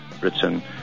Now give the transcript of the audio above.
Britain